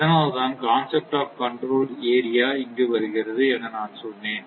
இதனால் தான் concept of control area இங்கு வருகிறது என நான் சொன்னேன்